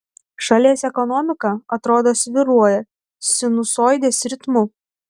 šalies ekonomika atrodo svyruoja sinusoidės ritmu